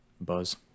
Buzz